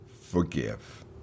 forgive